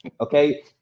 Okay